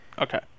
okay